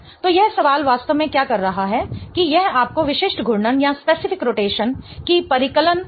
तो यह सवाल वास्तव में क्या कर रहा है कि यह आपको विशिष्ट घूर्णन रोटेशन की परिकलन करने के लिए कह रहा है